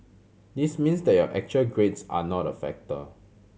this means that your actual grades are not a factor